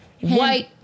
white